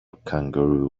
kangaroo